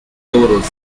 euros